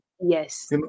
Yes